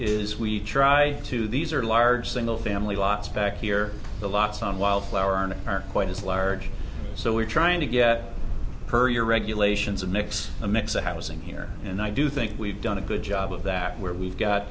is we try to these are large single family lots back here the lots on wildflower are quite as large so we're trying to get per year regulations and mix a mix of housing here and i do think we've done a good job of that where we've got